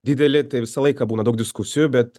dideli tai visą laiką būna daug diskusijų bet